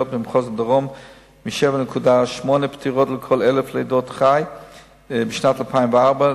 במחוז הדרום מ-7.8 פטירות לכל 1,000 לידות חי בשנת 2004,